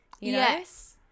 Yes